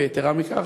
ויתרה מכך,